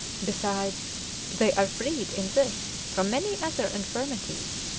besides they are freed in this from many other infirmities,